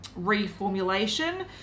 reformulation